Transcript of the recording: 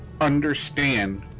understand